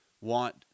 want